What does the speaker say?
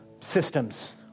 systems